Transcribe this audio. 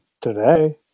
today